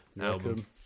album